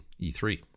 E3